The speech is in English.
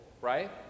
right